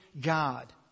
God